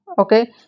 okay